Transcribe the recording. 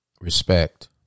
respect